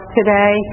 today